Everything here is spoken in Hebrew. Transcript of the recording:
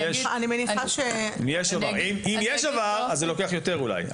אם יש עבר, אז זה לוקח יותר אולי.